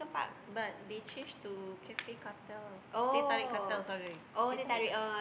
but they change to Cafe-Cartel teh-tarik Cartel sorry sorry teh-tarik Cartel